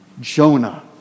Jonah